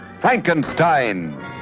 Frankenstein